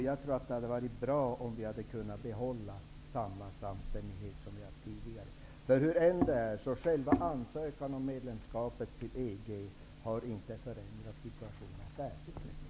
Jag tror att det hade varit bra om vi hade kunnat behålla den samstämmighet som vi tidigare har haft. Hur det än är så har själva ansökan om medlemskap i EG inte förändrat situationen särskilt mycket.